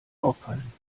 auffallen